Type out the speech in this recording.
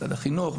משרד החינוך,